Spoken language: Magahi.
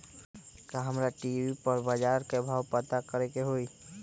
का हमरा टी.वी पर बजार के भाव पता करे के होई?